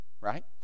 right